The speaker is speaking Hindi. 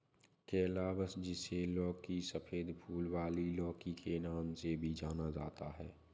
कैलाबश, जिसे लौकी, सफेद फूल वाली लौकी के नाम से भी जाना जाता है